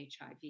HIV